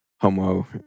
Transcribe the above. homo